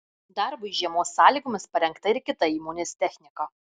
darbui žiemos sąlygomis parengta ir kita įmonės technika